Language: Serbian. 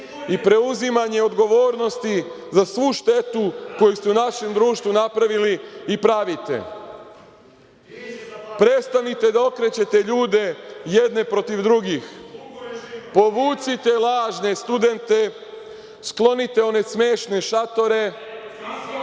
i preuzimanje odgovornosti za svu štetu koju ste našem društvu napravili i pravite. Prestanite da okrećete ljude jedne protiv drugih. Povucite lažne studente, sklonite one smešne šatore,